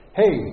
hey